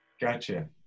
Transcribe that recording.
Gotcha